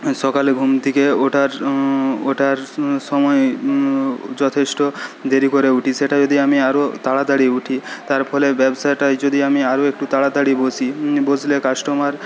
সকালে ঘুম থেকে ওঠার ওঠার সময়ে যথেষ্ট দেরি করে উঠি সেটা যদি আমি আরও তাড়াতাড়ি উঠি তার ফলে ব্যবসাটায় যদি আমি আরও একটু তাড়াতাড়ি বসি বসলে কাস্টমার